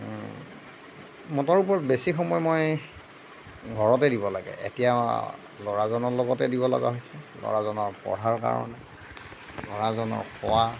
মুঠৰ ওপৰত বেছি সময় মই ঘৰতে দিব লাগে এতিয়া ল'ৰাজনৰ লগতে দিব লগা হৈছে ল'ৰাজনৰ পঢ়াৰ কাৰণে ল'ৰাজনৰ খোৱা